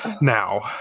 now